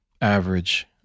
average